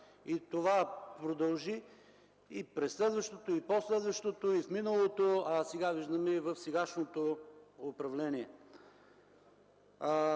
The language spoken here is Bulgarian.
Това продължи и през следващото, и по-следващото, и в миналото, а сега виждаме и в сегашното управление.